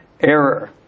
error